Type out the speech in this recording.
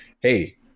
hey